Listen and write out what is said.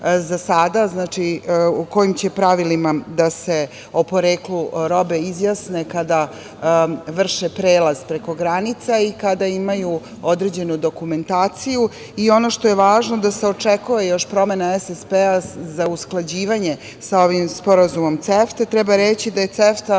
za sada o kojim će pravilima da se, o poreklu robe, izjasne kada vrše prelaz preko granica i kada imaju određenu dokumentaciju. Ono što je važno jeste da se očekuje još promena SSP-a za usklađivanje sa ovim sporazumom CEFTA. Treba reći da je CEFTA